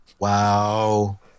wow